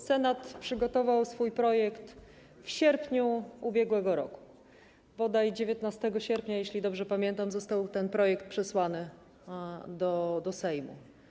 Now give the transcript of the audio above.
Senat przygotował swój projekt w sierpniu ub.r., bodaj 19 sierpnia, jeśli dobrze pamiętam, został ten projekt przesłany do Sejmu.